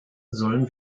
sollen